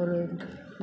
ஒரு